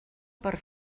per